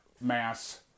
mass